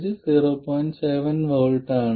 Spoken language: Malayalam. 7 V ആണ്